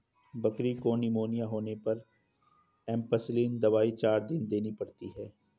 बकरी को निमोनिया होने पर एंपसलीन दवाई चार दिन देनी पड़ती है